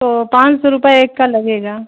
تو پان سو روپیے ایک کا لگے گا